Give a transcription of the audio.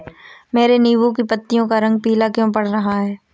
मेरे नींबू की पत्तियों का रंग पीला क्यो पड़ रहा है?